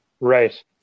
right